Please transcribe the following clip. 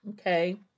Okay